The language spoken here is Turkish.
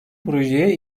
projeye